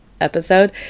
episode